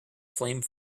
flame